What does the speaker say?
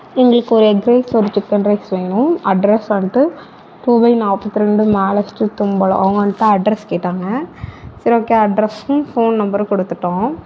எங்களுக்கு ஒரு egg rice ஒரு சிக்கன் ரைஸ் வேணும் அட்ரஸ் வந்துட்டு டூ பை நாற்பத்ரெண்டு மேலே ஸ்டீட் தும்பலம் அவங்க வந்துட்டு அட்ரஸ் கேட்டாங்க சரி ஓகே அட்ரஸும் ஃபோன் நம்பரும் கொடுத்துட்டோம்